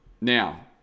Now